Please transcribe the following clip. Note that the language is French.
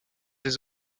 des